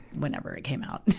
whenever it came out.